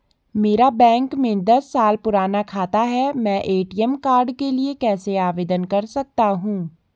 मेरा बैंक में दस साल पुराना खाता है मैं ए.टी.एम कार्ड के लिए कैसे आवेदन कर सकता हूँ?